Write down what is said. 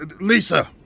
Lisa